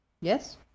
yes